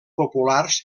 populars